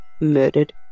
murdered